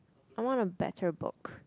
I want a better book